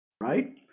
right